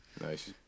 Nice